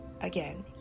Again